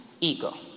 ego